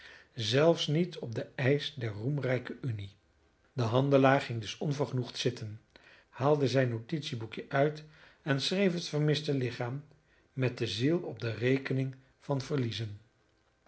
zelfs niet op den eisch der roemrijke unie de handelaar ging dus onvergenoegd zitten haalde zijn notitieboekje uit en schreef het vermiste lichaam met de ziel op de rekening van verliezen